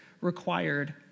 required